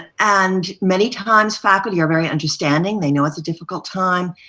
and many times faculty are very understanding. they know it's a difficult time,